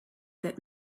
that